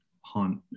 Hunt